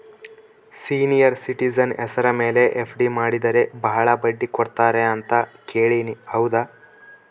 Senior citizen ಹೆಸರ ಮೇಲೆ FD ಮಾಡಿದರೆ ಬಹಳ ಬಡ್ಡಿ ಕೊಡ್ತಾರೆ ಅಂತಾ ಕೇಳಿನಿ ಹೌದಾ?